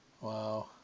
Wow